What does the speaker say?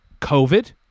COVID